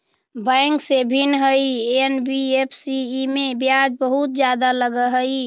Bank से भिन्न हई एन.बी.एफ.सी इमे ब्याज बहुत ज्यादा लगहई?